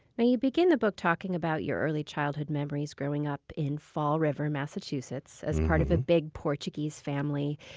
yeah you begin the book talking about your early childhood memories growing up in fall river, massachusetts, as part of a big portuguese family.